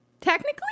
technically